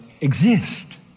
exist